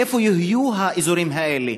איפה יהיו האזורים האלה?